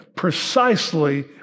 Precisely